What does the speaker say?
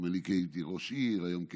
אם אני כי הייתי ראש עיר, את היום כשרה,